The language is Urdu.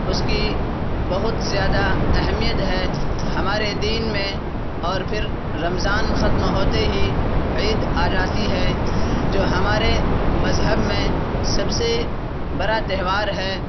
اس کی بہت زیادہ اہمیت ہے ہمارے دین میں اور پھر رمضان ختم ہوتے ہی عید آ جاتی ہے جو ہمارے مذہب میں سب سے بڑا تہوار ہے